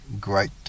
great